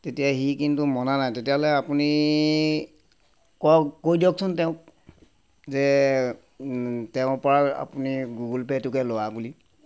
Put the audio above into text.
তেতিয়া সি কিন্তু মনা নাই তেতিয়াহ'লে আপুনি ক কৈ দিয়কচোন তেওঁক যে তেওঁৰ পৰা আপুনি গুগল পে' টোকে লোৱা বুলি